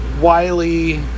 Wiley